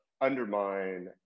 undermine